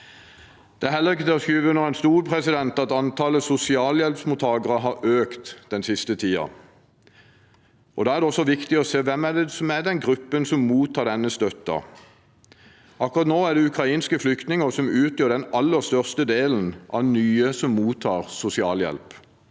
Det er heller ikke til å stikke under stol at antallet sosialhjelpsmottakere har økt den siste tiden. Da er det også viktig å se på hvem som er i den gruppen som mottar denne støtten. Akkurat nå er det ukrainske flyktninger som utgjør den aller største delen av nye som mottar sosialhjelp.